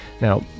Now